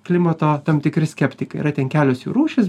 klimato tam tikri skeptikai yra ten kelios jų rūšys